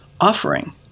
offering